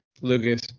Lucas